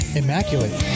immaculate